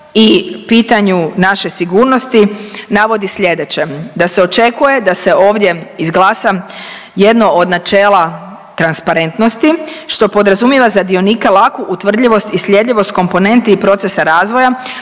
i pitanju naše sigurnosti navodi sljedeće, da se očekuje da se ovdje izglasa jedno od načela transparentnosti što podrazumijeva za dionike laku utvrdljivost i sljedivost komponenti i procesa razvoja